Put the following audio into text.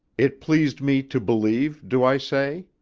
it pleased me to believe, do i say?